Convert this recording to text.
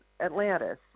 Atlantis